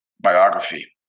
biography